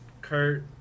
Kurt